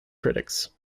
critics